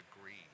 agree